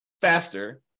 faster